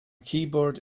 keyboard